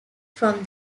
from